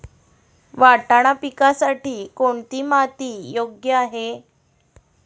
वाटाणा पिकासाठी कोणती माती योग्य आहे?